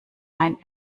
ein